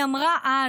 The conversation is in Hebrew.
היא אמרה אז,